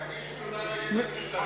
תגיש תלונה נגד המשטרה.